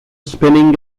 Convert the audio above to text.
spinning